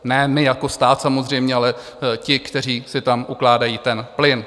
Ne my jako stát samozřejmě, ale ti, kteří si tam ukládají ten plyn.